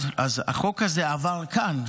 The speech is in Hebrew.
אז החוק הזה עבר כאן.